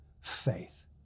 faith